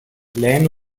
lehen